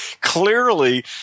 clearly